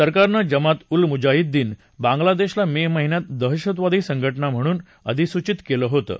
सरकारनं जमात उल मुजाहिद्दीन बागलादेशला मे महिन्यात दहशतवादी संघटना म्हणून अधिसूचित केलं होतं